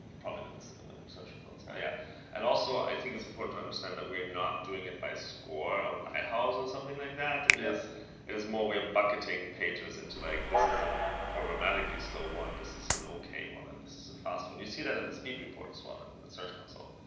prominence in the search results. yeah and also, i think it's important to understand that we're not doing it by score or lighthouse or something like that. it is it is more we're bucketing pages into like this is a programmatically slow one. this is an ok one. and this is a fast one. you see that in the speed report as well, in the search console.